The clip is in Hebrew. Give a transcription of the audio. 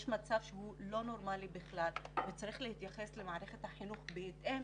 יש מצב שהוא לא נורמלי בכלל וצריך להתייחס למערכת החינוך בהתאם,